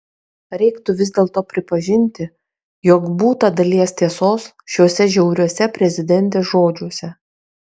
reiktų vis dėlto pripažinti jog būta dalies tiesos šiuose žiauriuose prezidentės žodžiuose